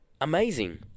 amazing